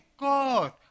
God